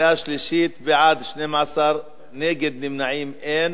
בעד, 12, אין מתנגדים ואין